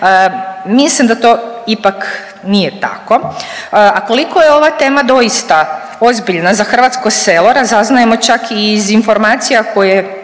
Mislim da to ipak nije tako, a koliko je ova tema doista ozbiljna za hrvatsko selo razaznajemo čak i iz informacija koje